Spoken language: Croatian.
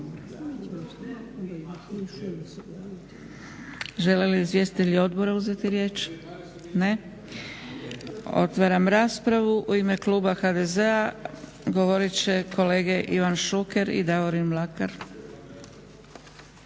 Žele li izvjestitelji odbora uzeti riječ? Ne. Otvaram raspravu. U ime kluba HDZ-a govorit će kolege Ivan Šuker i Davorin Mlakar.